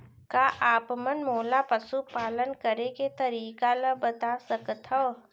का आप मन मोला पशुपालन करे के तरीका ल बता सकथव?